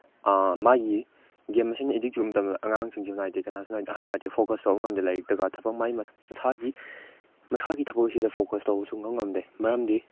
ꯃꯥꯒꯤ ꯒꯦꯝ ꯑꯁꯤꯅ ꯑꯦꯗꯤꯛ ꯆꯨꯍꯟꯕ ꯃꯇꯝꯗ ꯑꯉꯥꯡꯁꯤꯡꯁꯨ ꯅꯥꯏꯗꯦ ꯀꯅꯥꯁꯨ ꯑꯍꯟ ꯅꯥꯏꯗꯦ ꯐꯣꯀꯁ ꯇꯧꯕ ꯉꯝꯗꯦ ꯂꯥꯏꯔꯤꯛꯇꯒ ꯊꯕꯛ ꯃꯥꯏ ꯃꯁꯥꯒꯤ ꯃꯁꯥꯒꯤ ꯊꯕꯛꯁꯤꯗ ꯐꯣꯀꯁ ꯇꯧꯕ ꯁꯨꯡꯉꯝ ꯉꯝꯗꯦ ꯃꯔꯝꯗꯤ